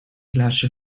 glaasje